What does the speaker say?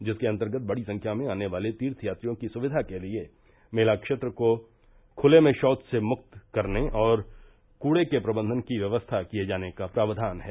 जिसके अन्तर्गत बड़ी संख्या में आने वाले तीर्थयात्रियों की सुविधा के लिए मेला क्षेत्र को खुले में शौच से मुक्त करने और कूड़े के प्रबंधन की व्यवस्था किये जाने का प्रावधान है